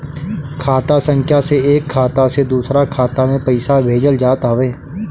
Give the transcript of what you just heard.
खाता संख्या से एक खाता से दूसरा खाता में पईसा भेजल जात हवे